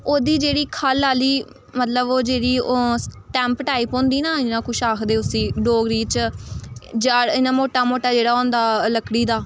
ओह्दी जेह्ड़ी खल्ल आह्ली मतलब ओह् जेह्ड़ी ओह् स्टैंप टाइप होंदी ना इ'यां कुछ आखदे उसी डोगरी च जड़ इ'यां मोटा मोटा जेह्ड़ा होंदा लकड़ी दा